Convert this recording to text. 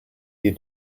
you